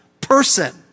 person